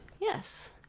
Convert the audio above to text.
Yes